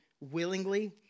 willingly